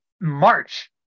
March